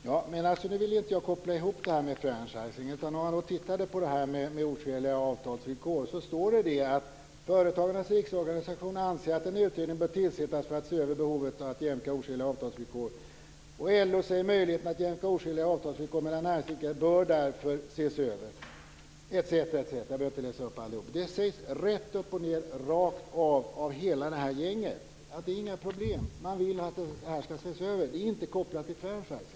Fru talman! Jag vill inte koppla ihop det här med franchising. I fråga om oskäliga avtalsvillkor framgår det att Företagarnas Riksorganisation anser att "en utredning bör tillsättas för att se över behovet av att jämka oskäliga villkor". LO säger att "möjligheten att jämka oskäliga avtalsvillkor mellan näringsidkare" bör därför ses över, etc. Det sägs rätt upp och ned, rakt av, av hela gänget att det inte är några problem. Man vill att det här ska ses över. Det är inte kopplat till franchising.